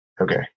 okay